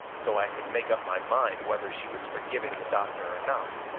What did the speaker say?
so i could make up my mind whether she was forgiving the doctor or not.